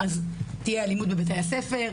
אז תהיה אלימות בבתי הספר,